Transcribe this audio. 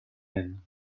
même